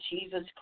Jesus